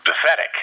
pathetic